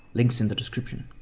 link's in the description.